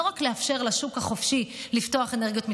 לא רק לאפשר לשוק החופשי לפתוח אנרגיות מתחדשות,